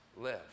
live